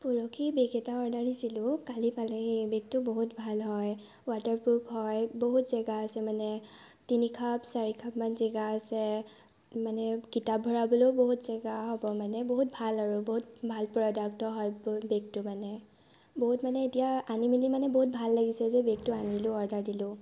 পৰখি বেগ এটা দিছিলোঁ কালি পালেহি বেগটো বহুত ভাল হয় ৱাটাৰপ্ৰুফ হয় বহুত জেগা আছে মানে তিনিখাপ চাৰিখাপ মান জেগা আছে মানে কিতাপ ভৰাবলৈয়ো বহুত জেগা হ'ব মানে বহুত ভাল আৰু বহুত ভাল প্ৰডাক্টৰ হয় বেগটো মানে বহুত মানে এতিয়া আনি মেলি মানে বহুত ভাল লাগিছে যে বেগটো আনিলোঁ অৰ্ডাৰ দিলোঁ